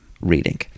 reading